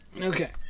Okay